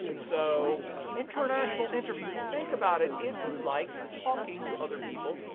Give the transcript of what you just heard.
so international interview, think about it, if you like talking to other people,